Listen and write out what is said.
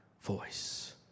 voice